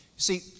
See